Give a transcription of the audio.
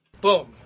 Boom